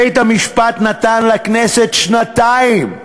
בית-המשפט נתן לכנסת שנתיים,